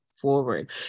forward